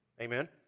Amen